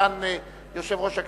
סגן יושב-ראש הכנסת,